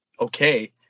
okay